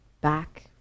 back